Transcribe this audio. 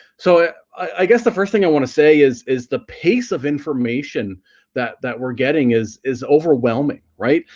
so i guess the first thing i want to say is is the pace of information that that we're getting is is overwhelming right?